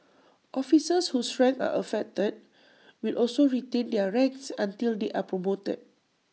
officers whose ranks are affected will also retain their ranks until they are promoted